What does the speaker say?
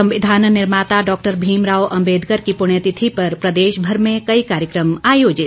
संविधान निर्माता डॉक्टर भीमराव अम्बेदकर की पुण्यतिथि पर प्रदेशभर में कई कार्यक्रम आयोजित